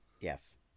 Yes